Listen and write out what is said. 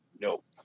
Nope